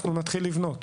אנחנו נתחיל לבנות.